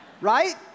Right